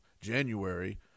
January